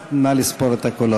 נא לשבת.